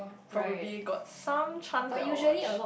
probably got some chances they watch